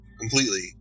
completely